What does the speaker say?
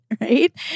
right